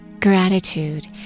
gratitude